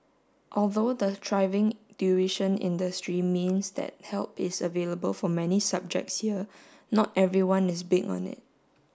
although the thriving tuition industry means that help is available for many subjects here not everyone is big on it